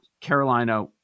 Carolina